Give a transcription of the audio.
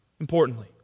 importantly